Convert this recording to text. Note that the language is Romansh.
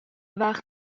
vart